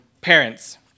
parents